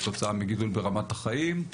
כתוצאה מגידול ברמת החיים,